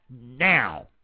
now